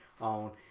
on